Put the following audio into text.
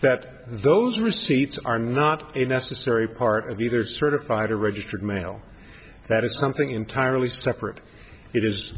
that those receipts are not a necessary part of either certified or registered mail that is something entirely separate it is